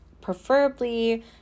preferably